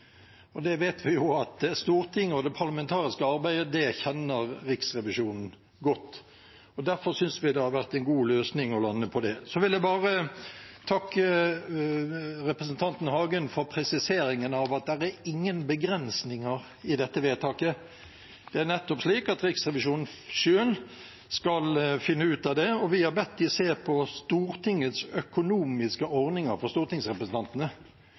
vet at Riksrevisjonen kjenner Stortinget og det parlamentariske arbeidet godt. Derfor synes vi det har vært en god løsning å lande på det. Så vil jeg bare takke representanten Hagen for presiseringen av at det ikke er noen begrensninger i dette vedtaket. Det er nettopp slik at Riksrevisjonen selv skal finne ut av dette, og vi har bedt dem se på Stortingets økonomiske ordninger for stortingsrepresentantene.